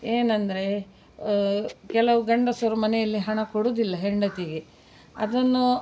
ಏನೆಂದರೆ ಕೆಲವು ಗಂಡಸರು ಮನೆಯಲ್ಲಿ ಹಣ ಕೊಡುವುದಿಲ್ಲ ಹೆಂಡತಿಗೆ ಅದನ್ನು